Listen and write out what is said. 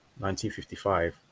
1955